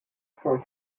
for